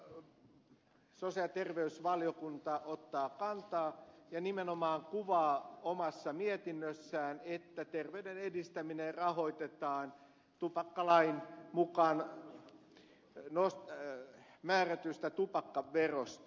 sosiaali ja terveysvaliokunta ottaa kantaa tupakointiin ja nimenomaan kuvaa omassa mietinnössään että terveyden edistäminen rahoitetaan tupakkalain mukaan määrätystä tupakkaverosta